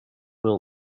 will